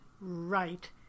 right